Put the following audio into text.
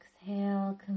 exhale